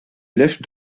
left